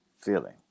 feeling